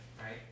right